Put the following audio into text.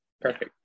perfect